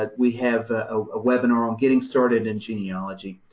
ah we have a webinar on getting started in genealogy.